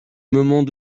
moment